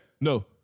No